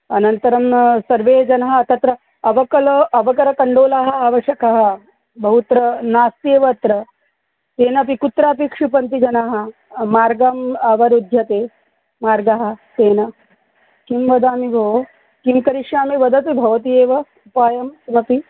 अनन्तरं सर्वे जनाः तत्र अवकला अवकरकण्डोलाः अवश्यकाः बहुत्र नास्ति एव अत्र तेनापि कुत्रापि क्षिपन्ति जनाः मार्गम् अवरुद्ध्यते मार्गः तेन किं वदामि भोः किं करिष्यामि वदतु भवती एव सहायं करोति